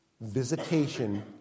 Visitation